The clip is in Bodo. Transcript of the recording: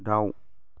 दाउ